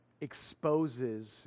exposes